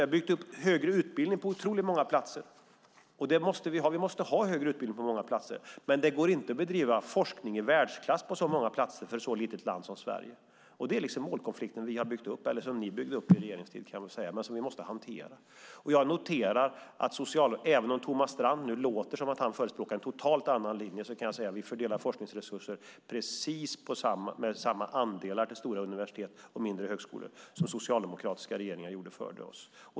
Vi har byggt upp högre utbildning på otroligt många platser, och vi måste ha högre utbildning på många platser. Men det går inte att bedriva forskning i världsklass på så många platser för ett så litet land som Sverige. Det är alltså den målkonflikt som vi har byggt upp, eller som ni byggde upp under er regeringstid, som vi måste hantera. Även om Thomas Strand nu låter som om han förespråkar en helt annan linje kan jag säga att vi fördelar forskningsresurser med precis samma andelar till stora universitet och mindre högskolor som socialdemokratiska regeringar gjorde före oss.